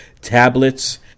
tablets